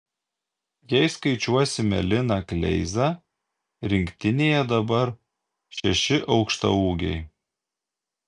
jei skaičiuosime liną kleizą rinktinėje dabar šeši aukštaūgiai